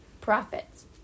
profits